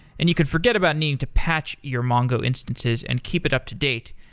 and you could forget about needing to patch your mongo instances and keep it up-to-date,